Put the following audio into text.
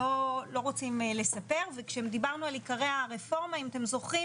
לא רוצים לספר וכשדיברנו על עיקרי הרפורמה אם אתם זוכרים,